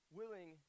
willing